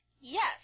Yes